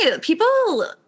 people